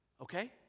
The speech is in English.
okay